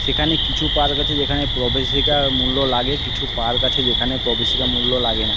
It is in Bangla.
সেখানে কিছু পার্ক আছে যেখানে প্রবেশিকা মূল্য লাগে কিছু পার্ক আছে যেখানে প্রবেশিকা মূল্য লাগে না